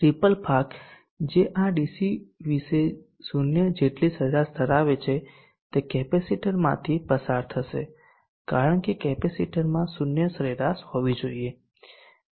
ripple ભાગ જે આ ડીસી વિશે 0 જેટલી સરેરાશ ધરાવે છે તે કેપેસિટરમાંથી પસાર થશે કારણ કે કેપેસિટરમાં 0 સરેરાશ હોવી જોઈએ